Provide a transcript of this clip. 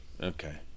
Okay